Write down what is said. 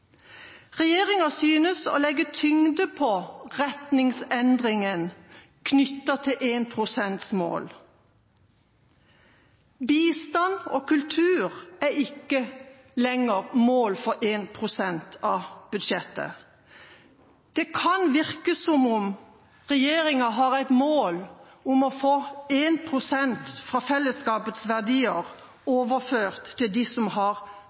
Regjeringa synes å legge vekt på retningsendringen knyttet til 1 pst.-mål. Målet synes ikke lenger å være at bistand og kultur skal få 1 pst. av budsjettet. Det kan virke som om regjeringa har et mål om å få 1 pst. fra fellesskapets verdier overført til dem som har